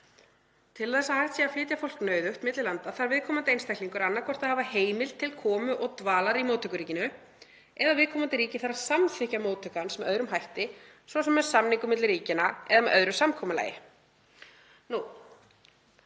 Til þess að hægt sé að flytja fólk nauðugt á milli landa þarf viðkomandi einstaklingur annaðhvort að hafa heimild til komu og dvalar í móttökuríkinu eða viðkomandi ríki þarf að samþykkja móttöku hans með öðrum hætti, svo sem með samningum milli ríkjanna eða með öðru samkomulagi.“